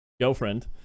girlfriend